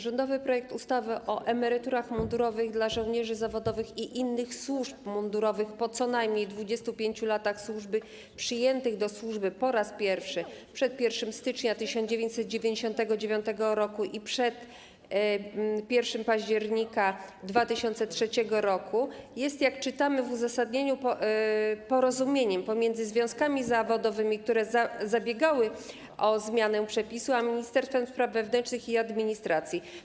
Rządowy projekt ustawy o emeryturach mundurowych dla żołnierzy zawodowych i innych służb mundurowych po co najmniej 25 latach służby, przyjętych do służby po raz pierwszy po 1 stycznia 1999 r., a przed 1 października 2003 r., jest, jak czytamy w uzasadnieniu, porozumieniem pomiędzy związkami zawodowymi, które zabiegały o zmianę przepisu, a Ministerstwem Spraw Wewnętrznych i Administracji.